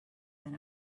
than